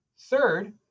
Third